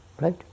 right